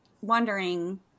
wondering